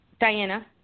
Diana